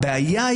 הסכים,